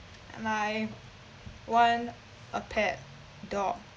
and I want a pet dog